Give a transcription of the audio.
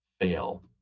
fail